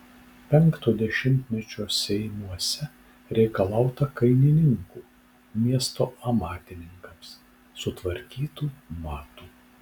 penkto dešimtmečio seimuose reikalauta kainininkų miesto amatininkams sutvarkytų matų